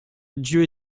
dieu